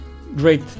great